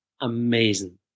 amazing